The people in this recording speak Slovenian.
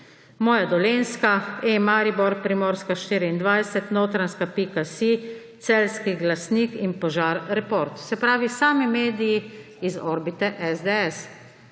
Moja Dolenjska, e-Maribor, Primorska 24, Notranjska.si, Celjski glasnik in Požareport. Se pravi, sami mediji iz orbite SDS,